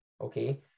Okay